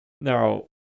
Now